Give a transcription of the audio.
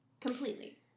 Completely